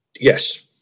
Yes